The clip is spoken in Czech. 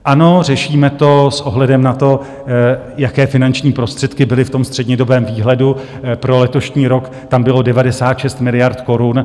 Ano, řešíme to s ohledem na to, jaké finanční prostředky byly v střednědobém výhledu pro letošní rok, tam bylo 96 miliard korun.